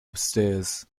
upstairs